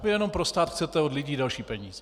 Vy jenom pro stát chcete od lidí další peníze.